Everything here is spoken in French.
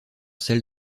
celle